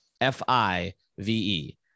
f-i-v-e